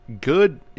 good